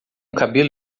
cabelo